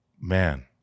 Man